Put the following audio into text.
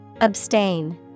Abstain